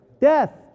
Death